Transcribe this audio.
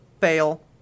Fail